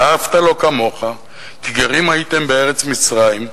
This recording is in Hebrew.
ואהבת לו כמוך, כי גרים הייתם בארץ מצרים,